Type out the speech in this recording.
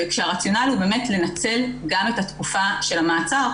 וכשהרציונל הוא באמת לנצל גם את התקופה של המעצר,